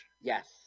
Yes